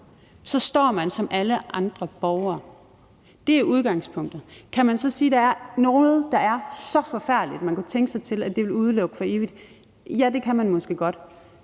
står man som alle andre borgere. Det er udgangspunktet. Kan man så sige, at der er noget, der er så forfærdeligt, at man kunne forestille sig, at det ville udelukke nogen for evigt? Ja, det kan man måske godt.